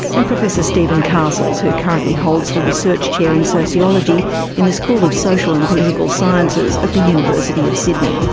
and professor stephen castles who currently holds the research chair in sociology in the school of social and political sciences at the university of sydney.